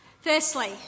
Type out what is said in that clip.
Firstly